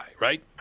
right